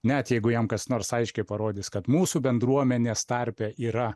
net jeigu jam kas nors aiškiai parodys kad mūsų bendruomenės tarpe yra